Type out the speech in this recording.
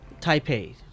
Taipei